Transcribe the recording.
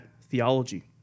theology